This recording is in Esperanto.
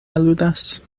aludas